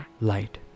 light